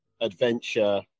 adventure